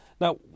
Now